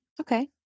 Okay